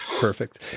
Perfect